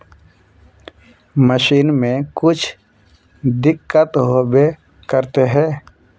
Machine में कुछ दिक्कत होबे करते है?